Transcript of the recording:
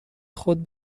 خود